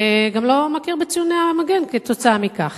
והוא גם לא מכיר בציוני המגן כתוצאה מכך.